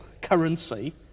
currency